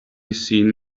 seen